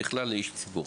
בכלל לאיש ציבור.